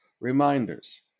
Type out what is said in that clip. reminders